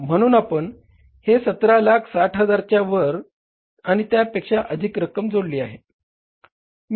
म्हणून आपण हे 1760000 च्या वर आणि त्यापेक्षा अधिक रक्क्म जोडली आहे